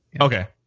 Okay